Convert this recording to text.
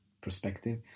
perspective